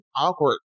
awkward